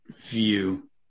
view